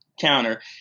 counter